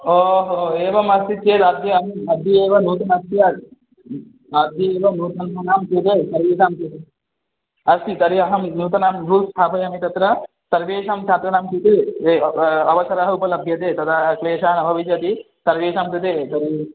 एवमस्ति चेत् अद्य अहं अद्यैव नूतनस्य अद्यैव नूतनानां कृते सर्वेषां कृते अस्ति तर्हि अहं नूतनान् रूल्स् स्थापयामि तत्र सर्वेषां छात्राणां कृते यः अवसरः उपलभ्यते तदा क्लेशः न भविष्यति सर्वेषां कृते तर्हि